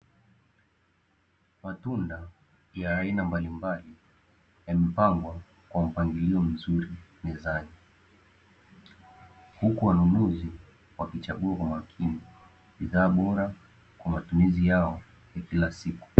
Matunda ya aina mbalimbali, yamepangwa kwa mpangilio mzuri mezani, huku wanunuzi wakichagua kwa makini bidhaa bora, kwa matumizi yao ya kila siku.